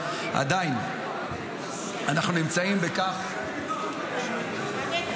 עדיין אנחנו נמצאים --- באמת.